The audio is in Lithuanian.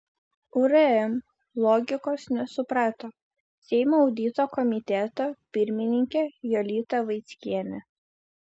urm logikos nesuprato seimo audito komiteto pirmininkė jolita vaickienė